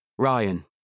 Ryan